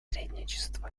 посредничество